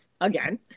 again